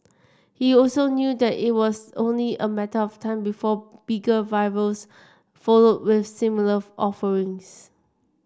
he also knew that it was only a matter of time before bigger rivals followed with similar offerings